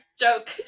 joke